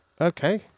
okay